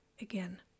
again